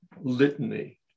litany